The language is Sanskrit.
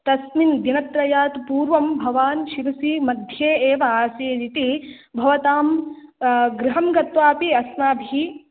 तस्मिन् दिनत्रयात् पूर्वं भवान् शिरुसी मध्ये एव आसीद् इति भवतां गृहं गत्वा अपि अस्माभिः